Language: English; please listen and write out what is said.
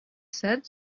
said